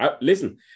Listen